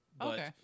Okay